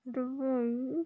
Dubai